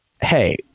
hey